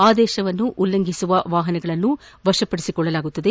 ಆದೇಶವನ್ನು ಉಲ್ಲಂಘಿಸುವ ವಾಹನಗಳನ್ನು ವಶಪಡಿಸಿಕೊಳ್ಳಲಾಗುವುದು